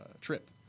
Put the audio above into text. trip